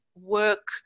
work